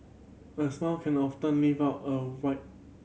a smile can often lift up a